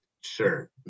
sure